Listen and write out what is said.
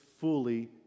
fully